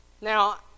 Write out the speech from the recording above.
Now